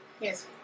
Yes